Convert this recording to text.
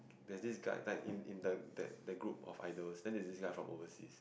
there this guy like in in the that group of idols then there's this guy from overseas